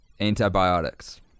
Antibiotics